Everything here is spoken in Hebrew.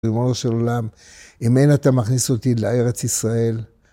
ריבונו של עולם, אם אין אתה מכניס אותי לארץ ישראל